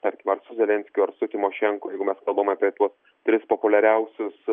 tarkim ar su zelenskiu ar su tymošenko jeigu mes kalbam apie tuos tris populiariausius